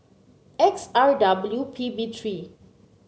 X R W P B three